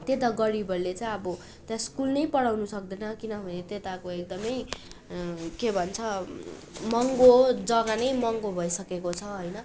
त्यता गरिबहरूले चाहिँ अब त्यहाँ स्कुल नै पढाउनु सक्दैन किनभने त्यताको एकदमै के भन्छ महँगो जग्गा नै महँगो भइसकेको छ होइन